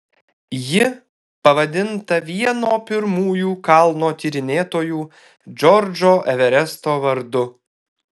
ji pavadinta vieno pirmųjų kalno tyrinėtojų džordžo everesto vardu